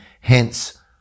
hence